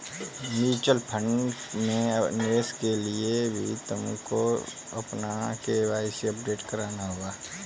mutual fund में निवेश करने के लिए भी तुमको अपना के.वाई.सी अपडेट कराना होगा